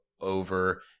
over